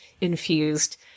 infused